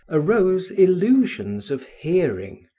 arose illusions of hearing,